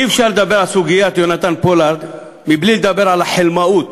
אי-אפשר לדבר על סוגיית יונתן פולארד בלי לדבר על החלמאות